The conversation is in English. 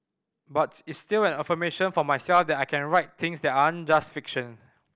but it's still an affirmation for myself that I can write things that aren't just fiction